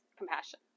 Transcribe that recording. compassion